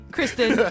Kristen